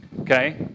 Okay